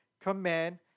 Command